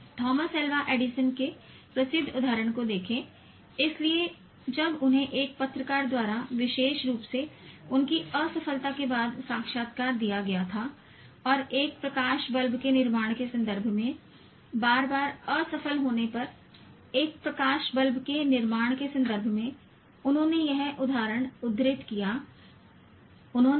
Thomas Alva Edison के प्रसिद्ध उद्धरण को देखें इसलिए जब उन्हें एक पत्रकार द्वारा विशेष रूप से उनकी असफलता के बाद साक्षात्कार दिया गया था और एक प्रकाश बल्ब के निर्माण के संदर्भ में बार बार असफल होने पर एक प्रकाश बल्ब के निर्माण के संदर्भ में उन्होंने यह उद्धरण उद्धृत किया उन्होंने कहा